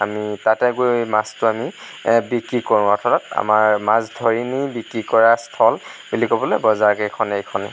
আমি তাতে গৈ মাছটো আমি বিক্ৰী কৰোঁ অৰ্থাৎ আমাৰ মাছ ধৰি নি বিক্ৰী কৰা স্থল বুলি ক'বলৈ বজাৰকেইখনেই এইখনেই